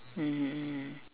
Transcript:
mmhmm mm